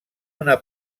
una